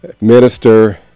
minister